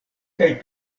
kaj